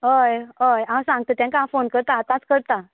हय हांव सांगता तेंका आतांच फोन करता